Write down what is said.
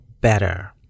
better